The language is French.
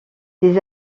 ses